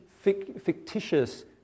fictitious